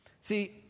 See